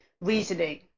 reasoning